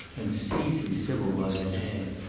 and, seizing sybil by the hand,